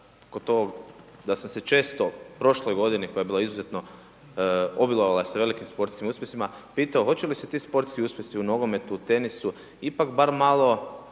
da sam se često u prošloj godini koja je bila izuzetno, obilovala sa velikim sportskim uspjesima pitao da će se ti sportski uspjesi u nogometu, tenisu ipak bar malo